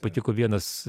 patiko vienas